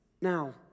Now